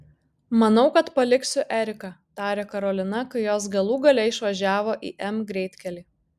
manau kad paliksiu eriką tarė karolina kai jos galų gale išvažiavo į m greitkelį